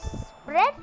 spread